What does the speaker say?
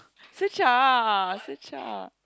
Zi-char Zi-char